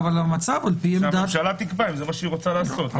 שהממשלה תקבע אם זה מה שהיא רוצה לעשות.